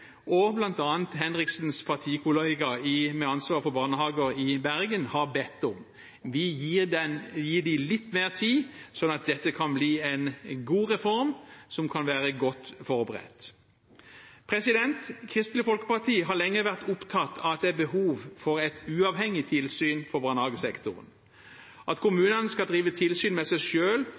og Martin Henriksens partikollega med ansvar for barnehager i Bergen har bedt om. Vi gir dem litt mer tid, sånn at dette kan bli en god reform, som kan være godt forberedt. Kristelig Folkeparti har lenge vært opptatt av at det er behov for et uavhengig tilsyn med barnehagesektoren. At kommunene skal drive tilsyn med seg